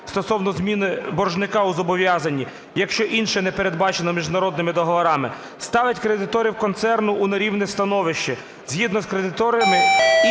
стосовно зміни боржника у зобов'язанні, якщо інше не передбачено міжнародними договорами, ставить кредиторів концерну у нерівне становище,